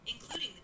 including